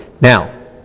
Now